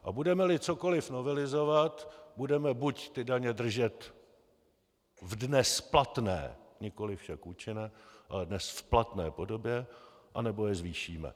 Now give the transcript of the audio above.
A budemeli cokoliv novelizovat, budeme buď ty daně držet v dnes platné, nikoliv však účinné, ale v dnes platné podobě, anebo je zvýšíme.